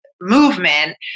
movement